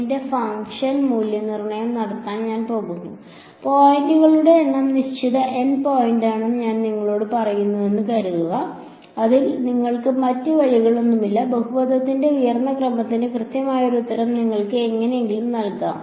എന്റെ ഫംഗ്ഷൻ മൂല്യനിർണ്ണയം നടത്താൻ ഞാൻ ആഗ്രഹിക്കുന്ന പോയിന്റുകളുടെ എണ്ണം നിശ്ചിത N പോയിന്റാണെന്ന് ഞാൻ നിങ്ങളോട് പറയുന്നുവെന്ന് കരുതുക അതിൽ നിങ്ങൾക്ക് മറ്റ് വഴികളൊന്നുമില്ല ബഹുപദത്തിന്റെ ഉയർന്ന ക്രമത്തിന് കൃത്യമായ ഒരു ഉത്തരം നിങ്ങൾക്ക് എങ്ങനെയെങ്കിലും നൽകാമോ